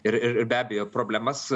ir be abejo problemas